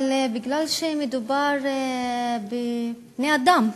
אלא בגלל שמדובר בבני-אדם,